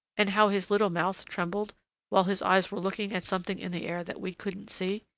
and how his little mouth trembled while his eyes were looking at something in the air that we couldn't see!